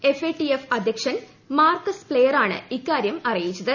F A T F അധ്യക്ഷൻ Marcus പ്ലെയറാണ് ഇക്കാര്യം അറിയിച്ചത്